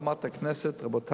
בביקורי